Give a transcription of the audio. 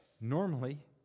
normally